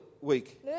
week